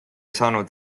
saanud